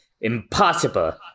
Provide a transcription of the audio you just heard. Impossible